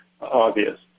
obvious